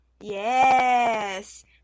Yes